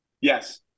Yes